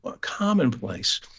commonplace